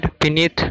Beneath